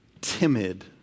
timid